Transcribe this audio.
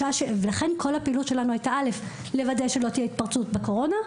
כל הפעילות שלנו היתה לוודא שלא תהיה התפרצות בקורונה,